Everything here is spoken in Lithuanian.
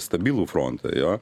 stabilų frontą jo